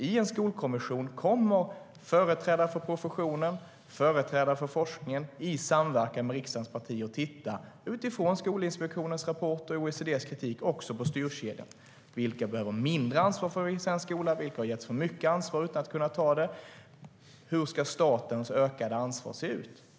I en skolkommission kommer företrädare för professionen och företrädare för forskningen i samverkan med riksdagens partier att titta också på styrkedjan, utifrån Skolinspektionens rapport och OECD:s kritik. Vilka behöver mindre ansvar för svensk skola, vilka har getts för mycket ansvar utan att kunna ta det och hur ska statens ökade ansvar se ut?